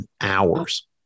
hours